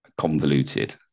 convoluted